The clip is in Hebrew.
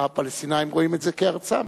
והפלסטינים רואים את זה כארצם,